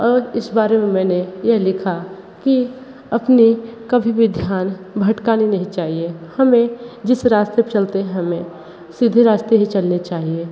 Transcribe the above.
और इस बारे में मैंने यह लिखा कि अपनी कभी भी ध्यान भटकानी नहीं चाहिए हमें जिस रास्ते पे चलते हैं हमें सीधी रास्ते ही चलनी चाहिए